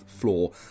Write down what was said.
floor